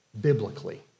biblically